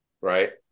right